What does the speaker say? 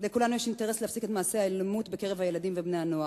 לכולנו יש אינטרס להפסיק את מעשי האלימות בקרב הילדים ובני-הנוער,